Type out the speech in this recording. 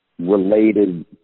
related